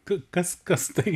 ka kas kas tai